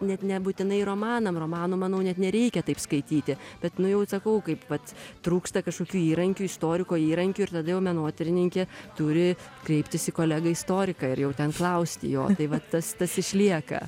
net nebūtinai romanam romanų manau net nereikia taip skaityti bet nu jau sakau kaip vat trūksta kažkokių įrankių istoriko įrankių ir tada jau menotyrininkė turi kreiptis į kolegą istoriką ir jau ten klausti jo tai va tas tas išlieka